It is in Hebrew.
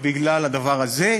בגלל הדבר הזה,